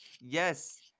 Yes